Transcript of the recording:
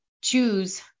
choose